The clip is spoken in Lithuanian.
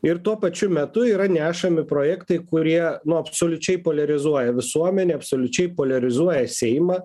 ir tuo pačiu metu yra nešami projektai kurie nu absoliučiai poliarizuoja visuomenę absoliučiai poliarizuoja seimą